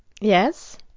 Yes